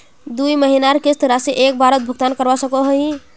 दुई महीनार किस्त राशि एक बारोत भुगतान करवा सकोहो ही?